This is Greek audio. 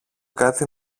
κάτι